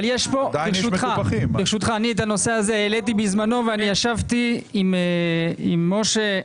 את הנושא הזה העליתי בזמנו וישבתי עם משה.